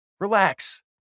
Relax